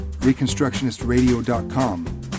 reconstructionistradio.com